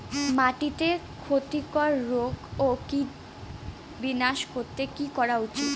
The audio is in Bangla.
মাটিতে ক্ষতি কর রোগ ও কীট বিনাশ করতে কি করা উচিৎ?